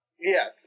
Yes